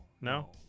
No